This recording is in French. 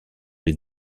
les